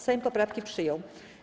Sejm poprawki przyjął.